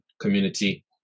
community